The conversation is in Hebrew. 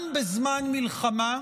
גם בזמן מלחמה,